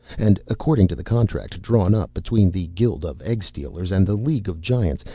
and, according to the contract drawn up between the guild of egg-stealers and the league of giants,